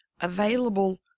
available